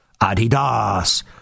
Adidas